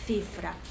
Cifra